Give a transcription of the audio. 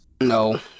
No